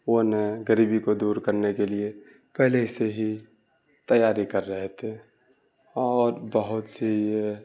وہ نے غریبی کو دور کرنے کے لیے پہلے سے ہی تیاری کر رہے تھے اور بہت سی یہ